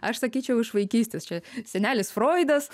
aš sakyčiau iš vaikystės čia senelis froidas